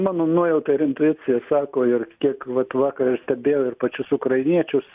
mano nuojauta ir intuicija sako ir kiek vat vakar ir stebėjau ir pačius ukrainiečius